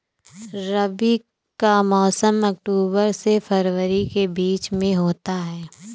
रबी का मौसम अक्टूबर से फरवरी के बीच में होता है